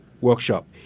workshop